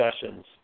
discussions